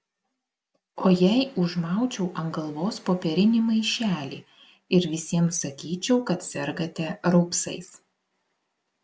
o jei užmaučiau ant galvos popierinį maišelį ir visiems sakyčiau kad sergate raupsais